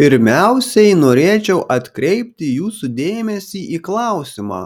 pirmiausiai norėčiau atkreipti jūsų dėmesį į klausimą